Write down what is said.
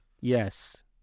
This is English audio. Yes